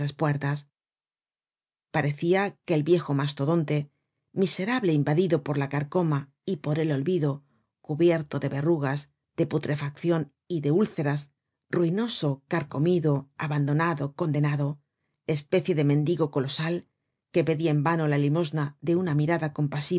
puertas parecia que el viejo mastodonte miserable invadido por la carcoma y por el olvido cubierto de verrugas de putrefaccion y de úlceras ruinoso carcomido abandonado condenado especie de mendigo colosal que pedia en vano la limosna de una mirada